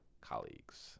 colleagues